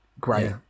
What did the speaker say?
great